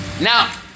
Now